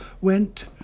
went